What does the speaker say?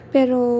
Pero